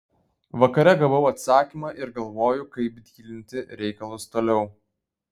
vakare gavau atsakymą ir galvoju kaip dylinti reikalus toliau